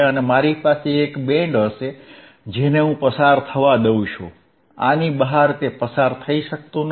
અને મારી પાસે એક બેન્ડ હશે જેને હું પસાર થવા દઉં છું આની બહાર તે પસાર થઈ શકતું નથી